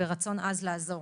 ברצון עז לעזור,